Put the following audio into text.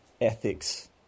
ethics